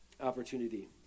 opportunity